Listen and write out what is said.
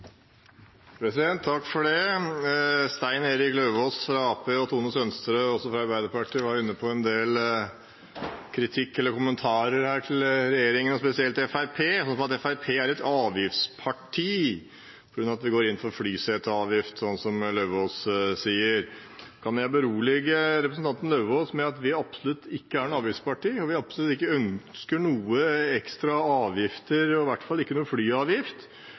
Stein Erik Lauvås og Tone Merete Sønsterud, begge fra Arbeiderpartiet, kom med en del kritikk, eller kommentarer, til regjeringen, spesielt til Fremskrittspartiet, som at Fremskrittspartiet er et avgiftsparti på grunn av at vi går inn for flyseteavgift, slik Lauvås sier. Jeg kan berolige representanten Lauvås med at vi absolutt ikke er noe avgiftsparti, og at vi absolutt ikke ønsker noen ekstra avgifter, i hvert fall ikke